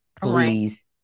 please